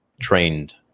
trained